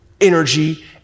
energy